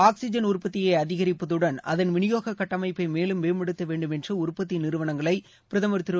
oxygen உற்பத்தியை அதிகரிப்பதுடன் அதன் விநியோக கட்டமைப்பை மேலும் மேம்படுத்த வேண்டும் என்று உற்பத்தி நிறுவனங்களை பிரதமர் திரு